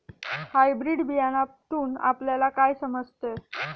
Hybrid बियाण्यातून आपल्याला काय समजते?